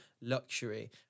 luxury